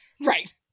Right